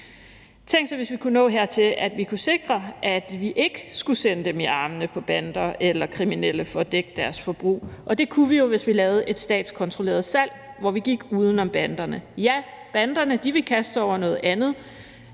Tænk, hvis vi kunne nå dertil, at vi kunne sikre, at vi ikke skulle sende dem i armene på bander eller kriminelle for at få dækket deres forbrug, og det kunne vi jo, hvis vi lavede et statskontrolleret salg, hvor vi gik uden om banderne. Ja, banderne ville kaste sig over noget andet,